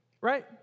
right